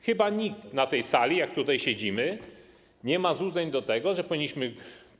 Chyba nikt na tej sali, jak tutaj siedzimy, nie ma złudzeń: powinniśmy